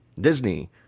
Disney